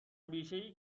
بیشهای